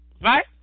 right